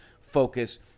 focus